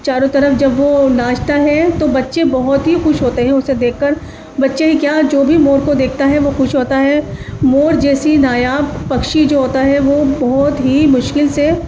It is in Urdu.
چاروں طرف جب وہ ناچتا ہے تو بچے بہت ہی خوش ہوتے ہیں اسے دیکھ کر بچے ہی کیا جو بھی مور کو دیکھتا ہے وہ خوش ہوتا ہے مور جیسی نایاب پکشی جو ہوتا ہے وہ بہت ہی مشکل سے